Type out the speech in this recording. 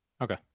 Okay